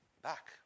Back